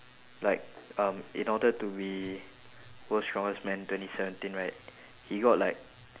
like um in order to be world's strongest man twenty seventeen right he got like